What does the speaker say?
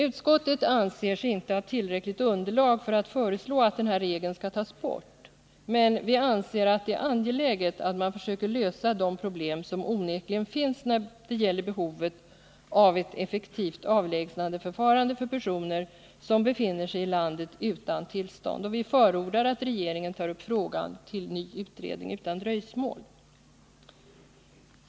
Utskottet anser sig inte ha tillräckligt underlag för att föreslå att regeln skall tas bort, men vi anser att det är angeläget att man försöker lösa de problem som onekligen finns, när det gäller behovet av ett effektivt avlägsnandeförfarande för personer som befinner sig i landet utan tillstånd. Vi förordar att regeringen tar upp frågan till ny utredning utan dröjsmål.